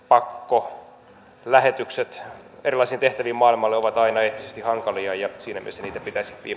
pakkolähetykset erilaisiin tehtäviin maailmalle ovat aina eettisesti hankalia ja siinä mielessä niitä pitäisi